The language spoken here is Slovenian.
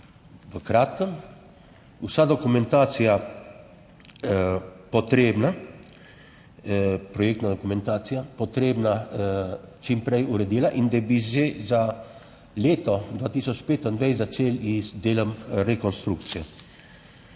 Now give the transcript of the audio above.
v kratkem vsa dokumentacija potrebna, projektna dokumentacija, potrebna čim prej uredila in da bi že za leto 2025 začeli z delom rekonstrukcije.